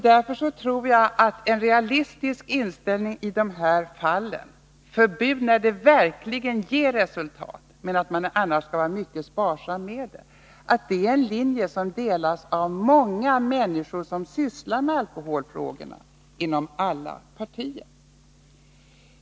Därför tror jag att en realistisk inställning i sådana här fall och förbud bara när sådana verkligen ger resultat är en linje som stöds av många människor, inom alla partier, som arbetar med alkoholfrågorna.